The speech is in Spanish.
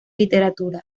literatura